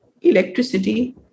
electricity